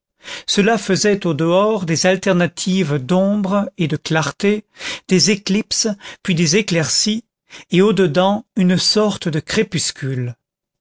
cela faisait au dehors des alternatives d'ombre et de clarté des éclipses puis des éclaircies et au dedans une sorte de crépuscule